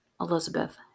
Elizabeth